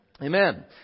Amen